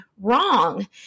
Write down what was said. wrong